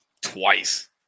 twice